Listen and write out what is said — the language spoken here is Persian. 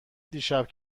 دیشب